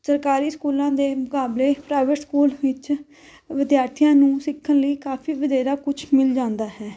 ਸਰਕਾਰੀ ਸਕੂਲਾਂ ਦੇ ਮੁਕਾਬਲੇ ਪ੍ਰਾਈਵੇਟ ਸਕੂਲ ਵਿੱਚ ਵਿਦਿਆਰਥੀਆਂ ਨੂੰ ਸਿੱਖਣ ਲਈ ਕਾਫੀ ਵਧੇਰਾ ਕੁਛ ਮਿਲ ਜਾਂਦਾ ਹੈ